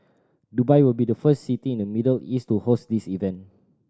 Dubai will be the first city in the Middle East to host this event